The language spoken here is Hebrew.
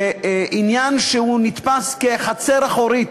זה עניין שנתפס כחצר אחורית